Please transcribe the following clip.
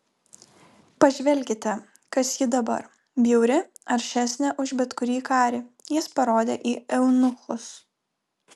pažvelkite kas ji dabar bjauri aršesnė už bet kurį karį jis parodė į eunuchus